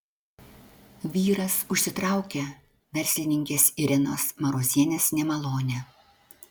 vyras užsitraukė verslininkės irenos marozienės nemalonę